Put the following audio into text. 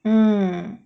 mm